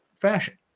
fashion